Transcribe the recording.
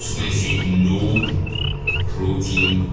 when i say no protein